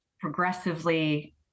progressively